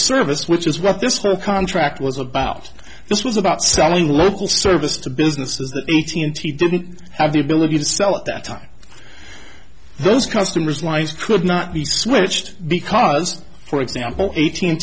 service which is what this whole contract was about this was about selling local service to businesses t n t didn't have the ability to sell at that time those customers lines could not be switched because for example eighteen